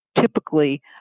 typically